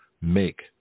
make